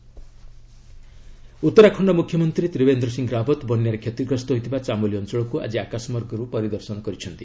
Uttarakhand C M Uttarakhand ମୁଖ୍ୟମନ୍ତ୍ରୀ ତ୍ରିବେନ୍ଦ୍ର ସିଂହ ରାବତ୍ ବନ୍ୟାରେ କ୍ଷତିଗ୍ରସ୍ତ ହୋଇଥିବା ଚାମୋଲି ଅଞ୍ଚଳକୁ ଆଜି ଆକାଶମାର୍ଗରୁ ପରିଦର୍ଶନ କରିଛନ୍ତି